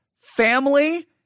family